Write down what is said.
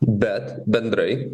bet bendrai